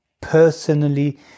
personally